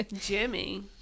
jimmy